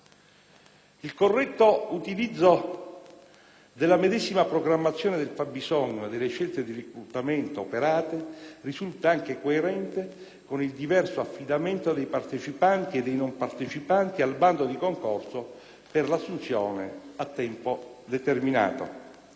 Il corretto utilizzo della medesima programmazione del fabbisogno e delle scelte di reclutamento operate risulta anche coerente con il diverso affidamento dei partecipanti e dei non partecipanti al bando di concorso per l'assunzione a tempo determinato.